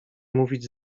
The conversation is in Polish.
mówić